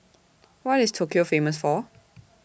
What IS Tokyo Famous For